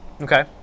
Okay